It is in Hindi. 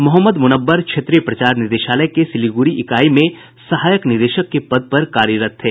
मोहम्मद मुनव्वर क्षेत्रीय प्रचार निदेशालय के सिल्लीगुड़ी इकाई में सहायक निदेशक के पद पर कार्यरत थे